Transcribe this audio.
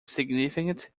significant